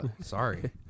Sorry